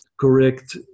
correct